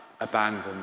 abandoned